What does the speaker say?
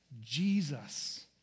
Jesus